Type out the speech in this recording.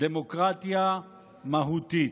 "דמוקרטיה מהותית".